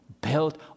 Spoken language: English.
built